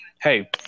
hey